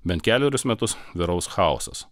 bent kelerius metus vyraus chaosas